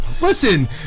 Listen